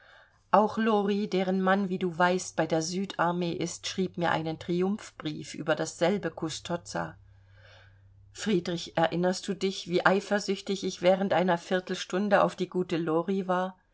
auch lori deren mann wie du weißt bei der süd armee ist schrieb mir einen triumphbrief über dasselbe custozza friedrich erinnerst du dich wie eifersüchtig ich während einer viertelstunde auf die gute lori war